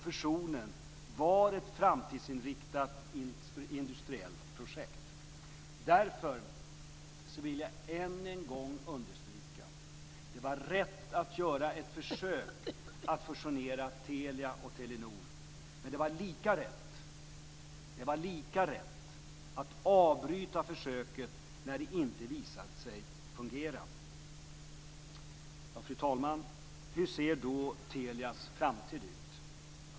Fusionen var ett framtidsinriktat industriellt projekt. Därför vill jag än en gång understryka att det var rätt att göra ett försök att fusionera Telia och Telenor. Men det var lika rätt att avbryta försöket när det inte visade sig fungera. Fru talman! Hur ser då Telias framtid ut?